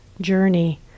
journey